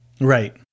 Right